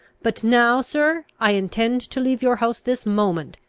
but now, sir, i intend to leave your house this moment,